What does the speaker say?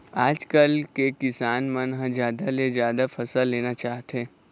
आजकाल के किसान मन ह जादा ले जादा फसल लेना चाहथे